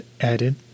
added